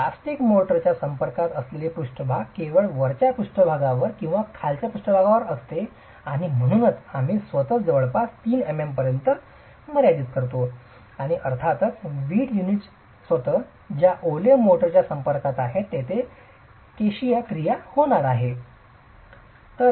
plastic मोर्टारच्या संपर्कात असलेली पृष्ठभाग केवळ वरच्या पृष्ठभागावर किंवा खालच्या पृष्ठभागावर असते आणि म्हणूनच आम्ही स्वतःस जवळजवळ 3 mm पर्यंत मर्यादित करतो आणि अर्थातच वीट युनिट स्वत ज्या ओले मोर्टारच्या संपर्कात आहे तेथे केशिका क्रिया होणार आहे